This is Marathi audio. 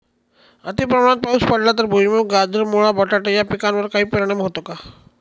अतिप्रमाणात पाऊस पडला तर भुईमूग, गाजर, मुळा, बटाटा या पिकांवर काही परिणाम होतो का?